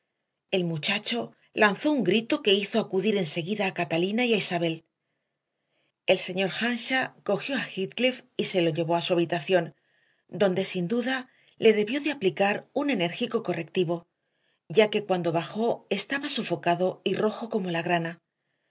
el muchacho lanzó un grito que hizo acudir enseguida a catalina y a isabel el señor earnshaw cogió a heathcliff y se lo llevó a su habitación donde sin duda le debió de aplicar un enérgico correctivo ya que cuando bajó estaba sofocado y rojo como la grana